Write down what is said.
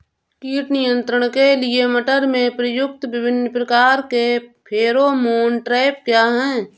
कीट नियंत्रण के लिए मटर में प्रयुक्त विभिन्न प्रकार के फेरोमोन ट्रैप क्या है?